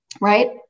Right